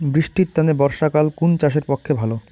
বৃষ্টির তানে বর্ষাকাল কুন চাষের পক্ষে ভালো?